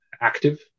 active